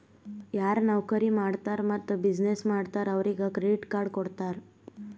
ಯಾರು ನೌಕರಿ ಮಾಡ್ತಾರ್ ಮತ್ತ ಬಿಸಿನ್ನೆಸ್ ಮಾಡ್ತಾರ್ ಅವ್ರಿಗ ಕ್ರೆಡಿಟ್ ಕಾರ್ಡ್ ಕೊಡ್ತಾರ್